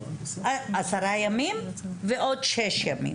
עשרה ימים ועוד שישה ימים.